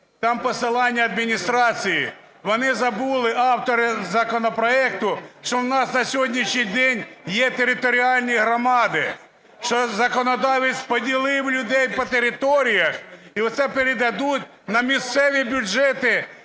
Там посилання – адміністрації. Вони забули, автори законопроекту, що у нас на сьогоднішній день є територіальні громади, що законодавець поділив людей по територіях і це передадуть на місцеві бюджети